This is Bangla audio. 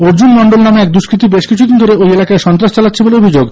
অর্জুন মন্ডল নামে এক দুষ্কৃতী বেশকিছুদিন ধরে ওই এলাকায় সন্ত্রাস চালাচ্ছে বলে অভিযোগ